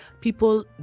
people